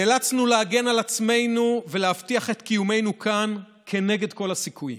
נאלצנו להגן על עצמנו ולהבטיח את קיומנו כאן כנגד כל הסיכויים.